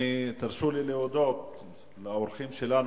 תרשו לי להודות לאורחים שלנו,